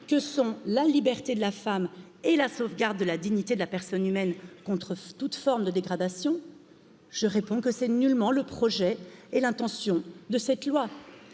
que sont la liberté de la femme et de la personne humaine contre toute forme de dégradation. Je réponds que ce n'est nullement le projet et l'intention de cette loi.